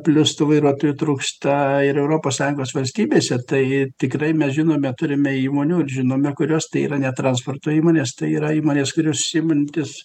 plius tų vairuotojų trūksta ir europos sąjungos valstybėse tai tikrai mes žinome turime įmonių ir žinome kurios tai yra ne transporto įmonės tai yra įmonės kurių užsiimantys